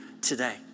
today